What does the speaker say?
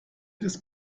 des